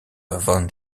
van